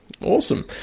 Awesome